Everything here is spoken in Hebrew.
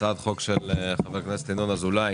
הצעת חוק של חברי הכנסת ינון אזולאי